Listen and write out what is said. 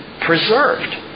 preserved